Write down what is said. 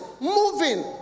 moving